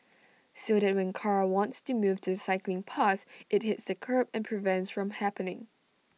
so that when car wants to move to the cycling path IT hits the kerb and prevents from happening